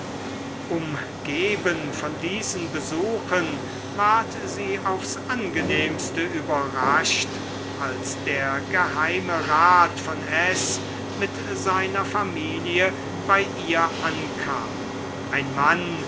umgeben von diesen besuchen ward sie aufs angenehmste überrascht als der geheimerat von s mit seiner familie bei ihr ankam ein mann